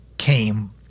Came